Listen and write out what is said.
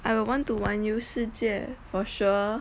I will want to 玩游世界 for sure